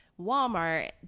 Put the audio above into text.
walmart